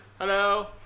Hello